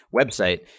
website